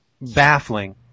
baffling